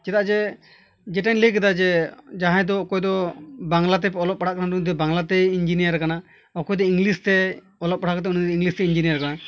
ᱪᱮᱫᱟᱜ ᱡᱮ ᱡᱮᱴᱟᱧ ᱞᱟᱹᱭ ᱠᱮᱫᱟ ᱡᱮ ᱡᱟᱦᱟᱸᱭᱫᱚ ᱚᱠᱚᱭᱫᱚ ᱵᱟᱝᱞᱟᱛᱮ ᱚᱞᱚᱜ ᱯᱟᱲᱦᱟᱜ ᱠᱟᱱᱟ ᱱᱩᱭᱫᱚ ᱵᱟᱝᱞᱟᱛᱮᱭ ᱤᱧᱡᱤᱱᱤᱭᱟᱨ ᱟᱠᱟᱱᱟ ᱚᱠᱚᱭᱫᱚ ᱤᱝᱜᱽᱞᱤᱥᱛᱮ ᱚᱞᱚᱜ ᱯᱟᱲᱦᱟᱣ ᱠᱟᱛᱮᱫ ᱩᱱᱤᱫᱚ ᱤᱝᱜᱽᱞᱤᱥᱛᱮᱭ ᱤᱧᱡᱤᱱᱤᱭᱟᱨ ᱟᱠᱟᱱᱟ